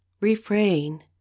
refrain